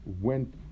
went